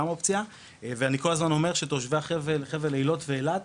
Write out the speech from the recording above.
ואני כל הזמן אומר שתושבי חבל אילות ואילת,